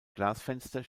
glasfenster